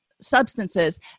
substances